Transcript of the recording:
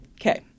Okay